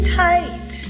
tight